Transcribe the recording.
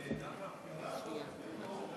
נאוה,